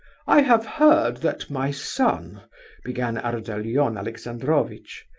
i have heard that my son began ardalion alexandrovitch.